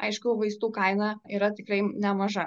aišku vaistų kaina yra tikrai nemaža